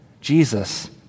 Jesus